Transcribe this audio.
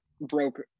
broke